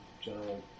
general